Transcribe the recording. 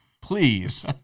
please